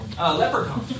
Leprechaun